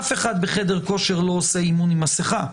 אף אחד בחדר כושר לא עושה אימון עם מסכה.